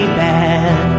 bad